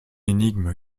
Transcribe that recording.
énigme